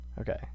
Okay